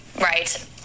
right